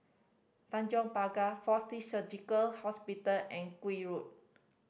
Tanjong Pagar Fortis Surgical Hospital and Gul Road